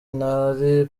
nari